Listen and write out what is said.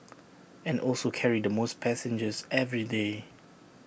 and also carry the most passengers every day